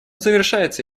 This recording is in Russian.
завершается